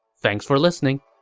thanks for listening!